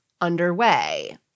underway